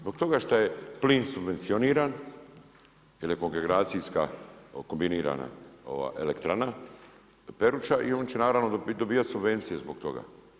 Zbog toga što je plin subvencioniran, jer je … kombinirana elektrana Peruća i on će naravno dobivati subvencije zbog toga.